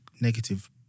negative